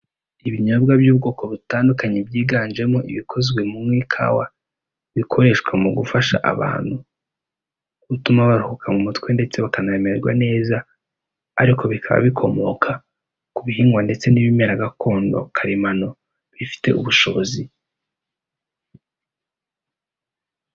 Ibinyobwa by'ubwoko butandukanye byiganjemo ibikozwe mu ikawa bikoreshwa mu gufasha abantu gutuma baruhuka mu mutwe ndetse bakanamererwa neza, ariko bikaba bikomoka ku bihingwa ndetse n'ibimera gakondo karemano bifite ubushobozi.